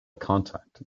contact